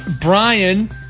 Brian